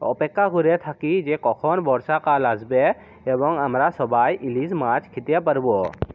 অপেক্ষা করে থাকি যে কখন বর্ষাকাল আসবে এবং আমরা সবাই ইলিশ মাছ খেতে পারব